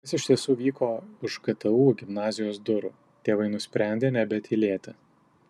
kas iš tiesų vyko už ktu gimnazijos durų tėvai nusprendė nebetylėti